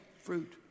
fruit